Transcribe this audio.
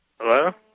Hello